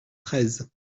treize